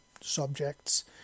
subjects